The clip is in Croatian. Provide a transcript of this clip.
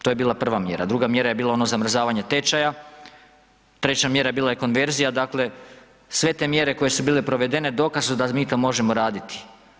To je bila prva mjera, druga mjera je bila ono zamrzavanje tečaja, treća mjera je bila i konverzija, dakle sve te mjere koje su bile provedene dokaz su da mi to možemo raditi.